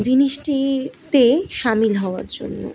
জিনিসটিতে সামিল হওয়ার জন্য